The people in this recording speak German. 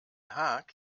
haag